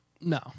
No